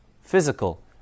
Physical